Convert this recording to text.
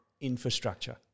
infrastructure